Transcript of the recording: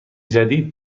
جدید